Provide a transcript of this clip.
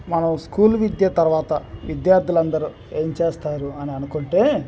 మనం స్కూల్ విద్య తరువాత విద్యార్థులు అందరూ ఏం చేస్తారు అని అనుకుంటే